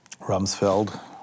Rumsfeld